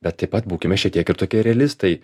bet taip pat būkime šiek tiek ir tokie realistai